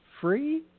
Free